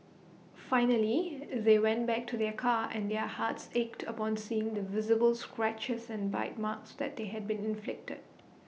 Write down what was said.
finally they went back to their car and their hearts ached upon seeing the visible scratches and bite marks that had been inflicted